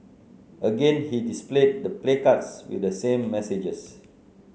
again he displayed the placards with the same messages